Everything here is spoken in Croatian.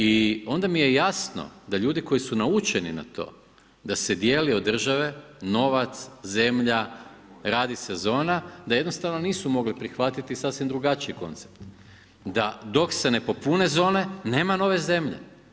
I onda mi je jasno da ljudi koji su naučeni na to da se dijeli od države novac, zemlja, radi se zona da jednostavno nisu mogli prihvatiti sasvim drugačiji koncept, da dok se ne popune zone nema nove zemlje.